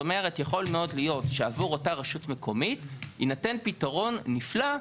יכול מאוד להיות שעבור אותה רשות מקומית יינתן פתרון נפלא,